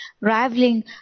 rivaling